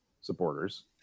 supporters